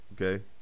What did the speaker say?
Okay